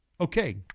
Okay